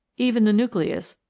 even the nucleus,